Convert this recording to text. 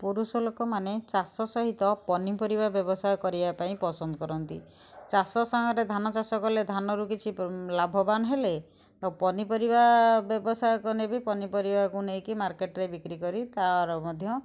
ପୁରୁଷ ଲୋକ ମାନେ ଚାଷ ସହିତ ପନିପରିବା ବ୍ୟବସାୟ କରିବା ପାଇଁ ପସନ୍ଦ କରନ୍ତି ଚାଷ ସାଙ୍ଗରେ ଧାନ ଚାଷ କଲେ ଧାନରୁ କିଛି ଲାଭବାନ୍ ହେଲେ ପନିପରିବା ବ୍ୟବସାୟ କନେ ବି ପନିପରିବାକୁ ନେଇକି ମାର୍କେଟ୍ରେ ବିକ୍ରିକରି ତା'ର ମଧ୍ୟ